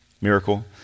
miracle